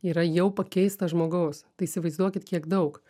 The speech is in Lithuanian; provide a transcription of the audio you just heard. yra jau pakeista žmogaus tai įsivaizduokit kiek daug